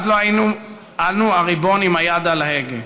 אז לא היינו אנו הריבון עם היד על ההגה.